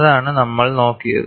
അതാണ് നമ്മൾ നോക്കിയത്